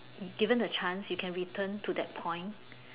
given a chance you can return to that point